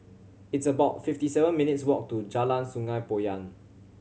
it's about fifty seven minutes' walk to Jalan Sungei Poyan